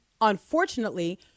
unfortunately